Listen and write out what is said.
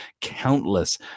countless